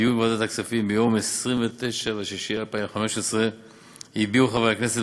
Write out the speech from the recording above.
בדיון בוועדת הכספים ביום 29 ביוני 2015 הביעו חברי הכנסת